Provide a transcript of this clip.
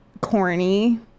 corny